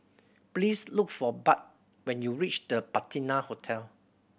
please look for Budd when you reach The Patina Hotel